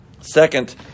Second